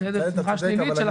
צמיחה שלילית של עסקים.